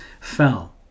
fell